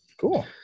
cool